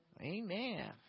amen